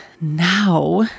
now